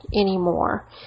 anymore